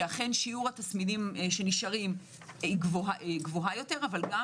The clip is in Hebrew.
שאכן שיעור התסמינים שנשארים גבוהה יותר אבל גם